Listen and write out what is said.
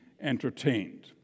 entertained